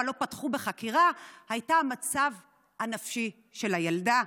שלא פתחו בחקירה הייתה המצב הנפשי של הילדה.